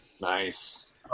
Nice